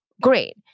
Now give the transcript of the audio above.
Great